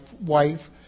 wife